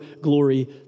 glory